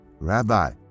Rabbi